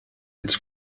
its